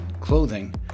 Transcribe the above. clothing